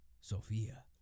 Sophia